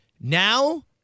Now